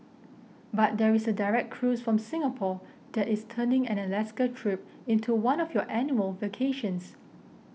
but there is a direct cruise from Singapore that is turning an Alaska trip into one of your annual vacations